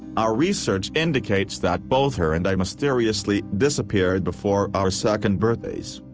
our research indicates that both her and i mysteriously disappeared before our second birthdays.